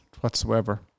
whatsoever